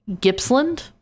Gippsland